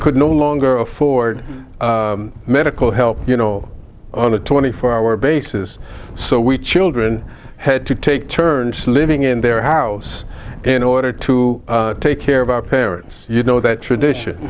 could no longer afford medical help you know on a twenty four hour basis so we children had to take turns living in their house in order to take care of our parents you know that tradition